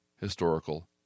historical